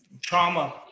trauma